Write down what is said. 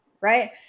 right